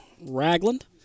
Ragland